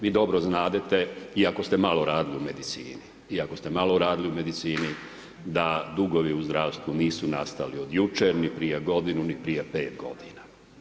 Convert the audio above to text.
Vi dobro znadete, iako ste malo radili u medicini, iako ste malo radili u medicini da dugovi u zdravstvu nisu nastali od jučer, ni prije godinu, ni prije pet godina.